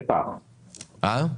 לדוגמא,